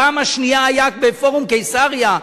הפעם השנייה היתה בפורום קיסריה,